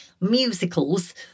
musicals